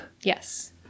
Yes